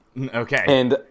Okay